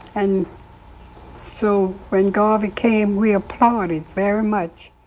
and so when garvey came, we applauded very much.